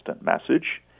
message